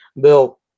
Bill